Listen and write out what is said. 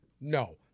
No